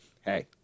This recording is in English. Hey